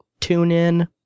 TuneIn